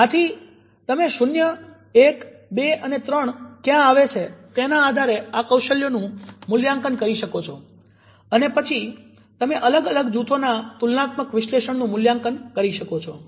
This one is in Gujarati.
આથી તમે શૂન્ય એક બે અને ત્રણ ક્યાં આવે છે તેના આધારે આ કૌશલ્યોનું મૂલ્યાંકન કરી શકો છો અને પછી તમે અલગ અલગ જૂથોના તુલનાત્મક વિશ્લેષણનું મૂલ્યાંકન કરી શકો છો